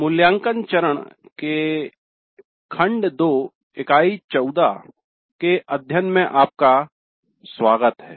मूल्याङ्कन चरण के खंड 2 इकाई 14 के अध्ययन में आपका स्वागत है